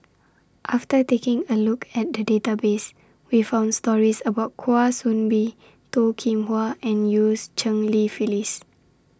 after taking A Look At The Database We found stories about Kwa Soon Bee Toh Kim Hwa and Eu's Cheng Li Phyllis